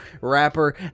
rapper